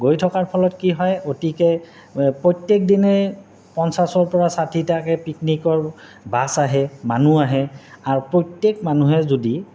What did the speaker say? গৈ থকাৰ ফলত কি হয় অতিকে প্ৰত্যেক দিনেই পঞ্চাছৰ পৰা ষাঠিটাকৈ পিকনিকৰ বাছ আহে মানুহ আহে আৰু প্ৰত্যেক মানুহে যদি